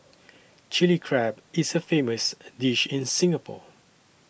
Chilli Crab is a famous a dish in Singapore